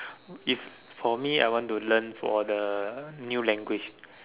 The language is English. if for me I want to learn for the new language